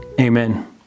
Amen